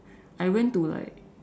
I went to like